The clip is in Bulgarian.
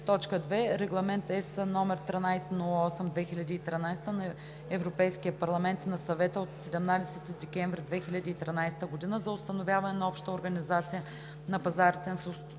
2. Регламент (ЕС) № 1308/2013 на Европейския парламент и на Съвета от 17 декември 2013 г. за установяване на обща организация на пазарите на